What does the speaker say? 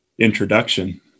introduction